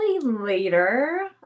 later